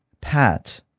pat